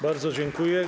Bardzo dziękuję.